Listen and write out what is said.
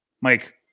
Mike